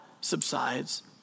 subsides